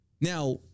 Now